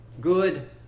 Good